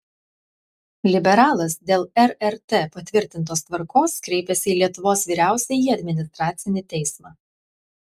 liberalas dėl rrt patvirtintos tvarkos kreipėsi į lietuvos vyriausiąjį administracinį teismą